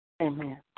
amen